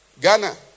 Ghana